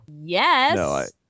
Yes